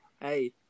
Hey